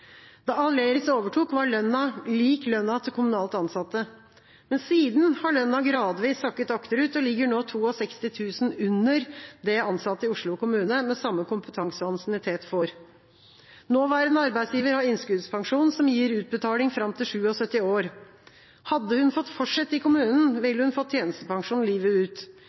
Aleris overtok, var lønna lik lønna til kommunalt ansatte. Siden har lønna gradvis sakket akterut og ligger nå på 62 000 kr under det ansatte i Oslo kommune med samme kompetanse og ansiennitet får. Nåværende arbeidsgiver har innskuddspensjon som gir utbetaling fram til 77 år. Hadde hun fått fortsette i kommunen, ville hun fått tjenestepensjon livet ut.